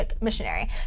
missionary